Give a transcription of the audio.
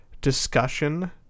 discussion